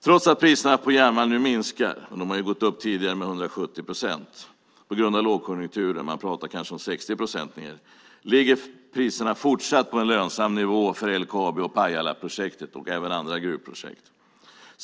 Trots att priserna på järnmalm nu sjunker - de har gått upp tidigare med 170 procent - på grund av lågkonjunkturen, kanske 60 procent, ligger priserna fortsatt på en lönsam nivå för LKAB och Pajalaprojektet, även för andra gruvprojekt.